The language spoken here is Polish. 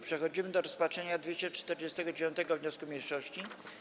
Przechodzimy do rozpatrzenia 249. wniosku mniejszości.